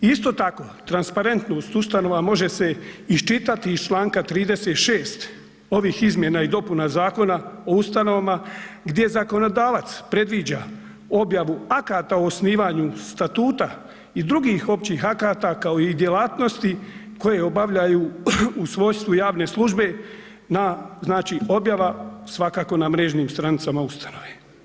I isto tako transparentno ... može se iščitati iz članka 36. ovih Izmjena i dopuna Zakona o ustanovama gdje zakonodavac predviđa objavu akata o osnivanju statuta i drugih općih akata kao i djelatnosti koje obavljaju u svojstvu javne službe na znači objava svakako na mrežnim stranicama ustanove.